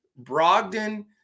Brogdon